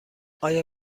آیا